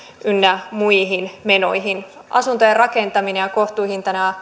ynnä muihin menoihin asuntojen rakentamisen ja kohtuuhintainen